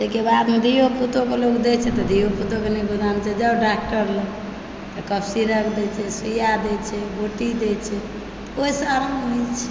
तेहिके बादमे धियौपुतोके लोक दै छै तऽ धियौपुतोके नहि गुदानतै जाउ डॉक्टर लग तऽ कफ सिरप दै छै सुइया दै छै गोटी दै छै ओहिसँ आराम होइ छै